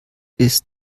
ist